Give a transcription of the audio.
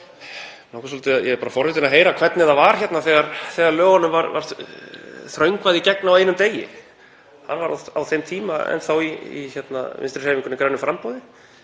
ég er bara forvitinn að heyra hvernig það var þegar lögunum var þröngvað í gegn á einum degi. Hann var á þeim tíma enn þá í Vinstrihreyfingunni – grænu framboði.